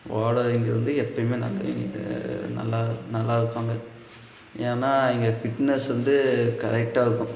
ஓடுறவிங்க வந்து எப்பயுமே நல்லவங்க நல்லா நல்லா இருப்பாங்க ஏன்னால் இங்கே ஃபிட்னஸ் வந்து கரெக்டாக இருக்கும்